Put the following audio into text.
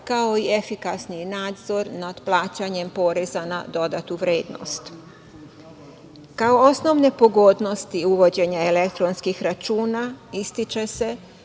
kao i efikasniji nadzor nad plaćanjem poreza na dodatu vrednost. Kao osnovne pogodnosti uvođenja elektronskih računa ističe se